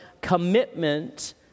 commitment